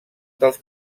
dels